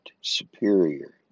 superior